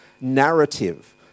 narrative